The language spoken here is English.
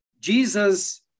Jesus